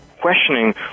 questioning